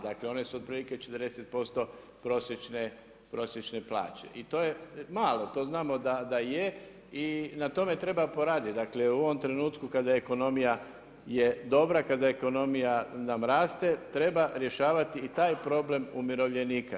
Dakle one su otprilike 40% prosječne plaće i to je malo, to znamo da je i na tome treba poraditi, dakle u ovom trenutku kada ekonomija je dobra, kada ekonomija nam raste, treba rješavati i taj problema umirovljenika.